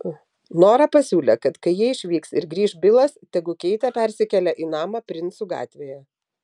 nora pasiūlė kad kai jie išvyks ir grįš bilas tegu keitė persikelia į namą princų gatvėje